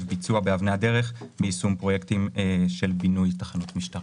ביצוע באבני הדרך ביישום פרויקטים של בינוי תחנות משטרה.